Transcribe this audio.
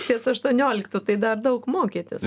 ties aštuonioliktu tai dar daug mokytis